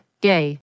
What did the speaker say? gay